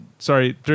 Sorry